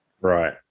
Right